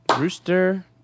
rooster